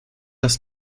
das